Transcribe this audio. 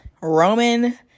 Roman